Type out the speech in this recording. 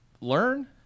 learn